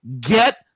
Get